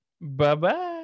Bye-bye